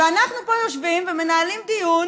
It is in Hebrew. ואנחנו פה יושבים ומנהלים דיון